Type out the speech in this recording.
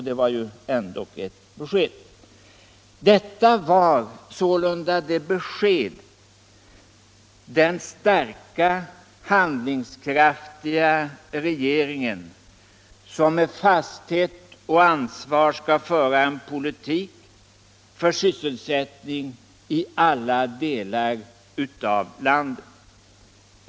Detta är ändock ett besked från den starka, handlingskraftiga regeringen, som med fasthet och ansvar skall föra en politik för sysselsättning i alla delar av landet.